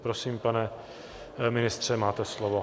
Prosím, pane ministře, máte slovo.